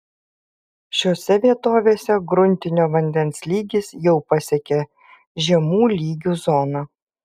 šiose vietovėse gruntinio vandens lygis jau pasiekė žemų lygių zoną